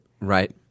Right